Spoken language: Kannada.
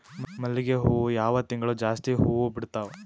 ಮಲ್ಲಿಗಿ ಹೂವು ಯಾವ ತಿಂಗಳು ಜಾಸ್ತಿ ಹೂವು ಬಿಡ್ತಾವು?